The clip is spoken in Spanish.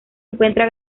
encuentra